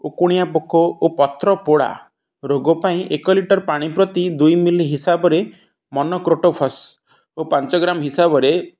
ଊକୁଣିଆ ପୋକ ଓ ପତ୍ର ପୋଡ଼ା ରୋଗ ପାଇଁ ଏକ ଲିଟର୍ ପାଣି ପ୍ରତି ଦୁଇ ମିଲି ହିସାବରେ ମନୋକ୍ରୋଟୋଫସ୍ ଓ ପାଞ୍ଚ ଗ୍ରାମ୍ ହିସାବରେ